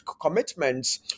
commitments